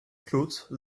clotes